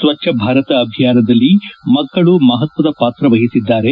ಸ್ನಚ್ಗ ಭಾರತ ಅಭಿಯಾನದಲ್ಲಿ ಮಕ್ಕಳು ಮಹತ್ವದ ಪಾತ್ರ ವಹಿಸಿದ್ದಾರೆ